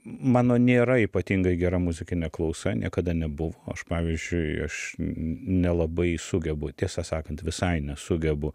mano nėra ypatingai gera muzikinė klausa niekada nebuvo aš pavyzdžiui aš nelabai sugebu tiesą sakant visai nesugebu